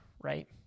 right